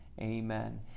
Amen